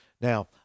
Now